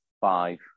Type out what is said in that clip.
five